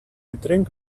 drink